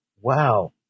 wow